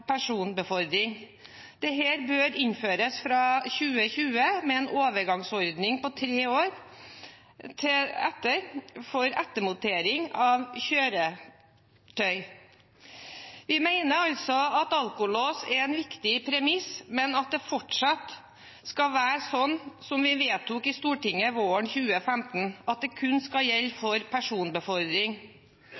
personbefordring. Dette bør innføres på nye kjøretøyer fra 2020, med en overgangsordning på tre år etter dette for ettermontering i kjøretøyer registrert før denne tid. Vi mener altså at alkolås er en viktig premiss, men at det fortsatt skal være sånn som vi vedtok i Stortinget våren 2015, at det kun skal gjelde